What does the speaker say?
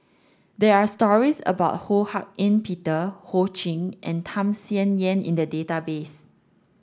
there are stories about Ho Hak Ean Peter Ho Ching and Tham Sien Yen in the database